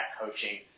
Coaching